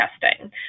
testing